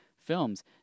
films